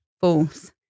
False